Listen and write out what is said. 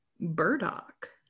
burdock